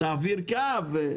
להעביר קו.